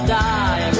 die